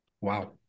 wow